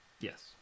Yes